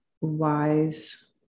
wise